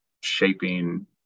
shaping